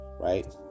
right